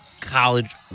College